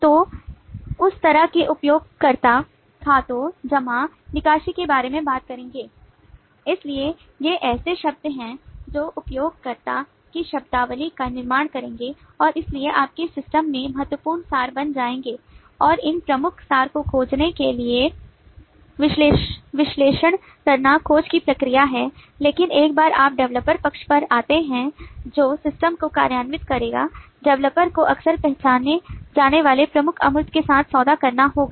तो उस तरह के उपयोगकर्ता खातों जमा निकासी के बारे में बात करेंगे इसलिए ये ऐसे शब्द हैं जो उपयोगकर्ता की शब्दावली का निर्माण करेंगे और इसलिए आपके सिस्टम में महत्वपूर्ण सार बन जाएंगे और इन प्रमुख सार को खोजने के लिए विश्लेषण करना खोज की प्रक्रिया है लेकिन एक बार आप developer पक्ष पर आते हैं जो सिस्टम को कार्यान्वित करेगा developer को अक्सर पहचाने जाने वाले प्रमुख अमूर्त के साथ सौदा करना होगा